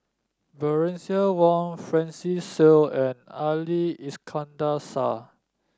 Bernice Wong Francis Seow and Ali Iskandar Shah